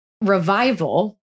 revival